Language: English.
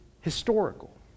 historical